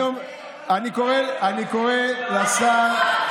אנחנו אוהבות את היהודים.